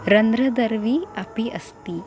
रन्ध्रदर्वी अपि अस्ति